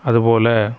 அது போல்